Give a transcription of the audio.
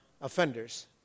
offenders